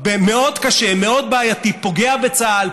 מאוד קשה, מאוד בעייתי, פוגע בצה"ל.